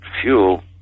fuel